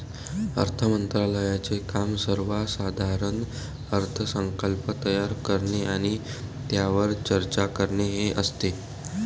अर्थ मंत्रालयाचे काम सर्वसाधारण अर्थसंकल्प तयार करणे आणि त्यावर चर्चा करणे हे असते